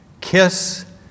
Kiss